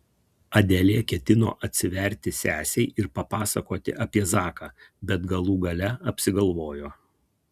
adelė ketino atsiverti sesei ir papasakoti apie zaką bet galų gale apsigalvojo